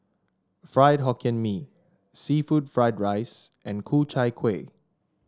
Fried Hokkien Mee seafood Fried Rice and Ku Chai Kuih